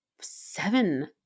seven